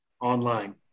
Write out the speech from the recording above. online